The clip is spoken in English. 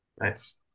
nice